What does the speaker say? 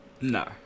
No